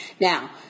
Now